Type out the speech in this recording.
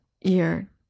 year